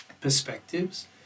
perspectives